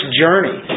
journey